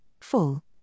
full